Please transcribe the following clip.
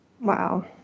Wow